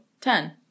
Ten